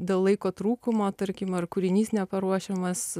dėl laiko trūkumo tarkim ar kūrinys neparuošiamas